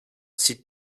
zieht